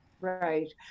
Right